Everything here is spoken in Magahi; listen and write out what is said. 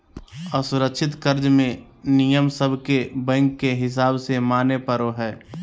असुरक्षित कर्ज मे नियम सब के बैंक के हिसाब से माने पड़ो हय